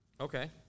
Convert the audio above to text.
Okay